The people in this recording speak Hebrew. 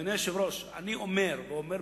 אדוני היושב-ראש, אני אומר ואומר בגלוי,